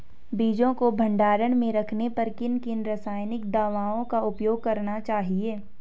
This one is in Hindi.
बीजों को भंडारण में रखने पर किन किन रासायनिक दावों का उपयोग करना चाहिए?